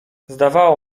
zdawało